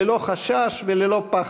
ללא חשש וללא פחד.